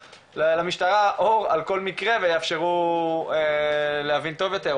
למשטרה אור על כל מקרה ויאפשרו להבין טוב יותר,